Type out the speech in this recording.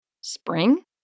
Spring